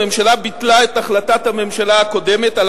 הממשלה ביטלה את החלטת הממשלה הקודמת על